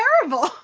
terrible